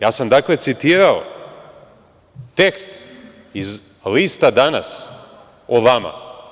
Ja sam citirao tekst iz lista „Danas“ o vama.